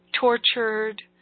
tortured